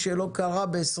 שלא קרה ב-21'